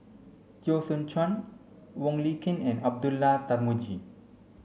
Teo Soon Chuan Wong Lin Ken and Abdullah Tarmugi